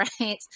right